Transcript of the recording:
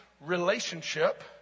relationship